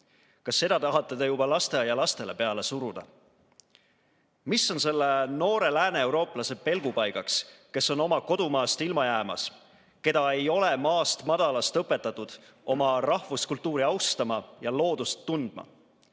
Kas seda tahate te juba lasteaialastele peale suruda? Mis on selle noore lääneeurooplase pelgupaigaks, kes on oma kodumaast ilma jäämas, keda ei ole maast madalast õpetatud oma rahvuskultuuri austama ja loodust tundma?